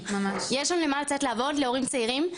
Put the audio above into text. יש לנו למה לצאת לעבוד להורים צעירים?